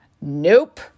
Nope